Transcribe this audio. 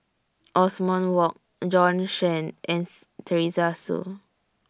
Othman Wok Bjorn Shen and Teresa Hsu